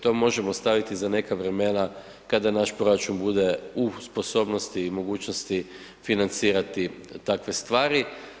To možemo ostaviti za neka vremena kada naš proračun bude u sposobnosti i mogućnosti financirati takve stvari.